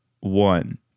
one